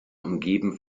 umgeben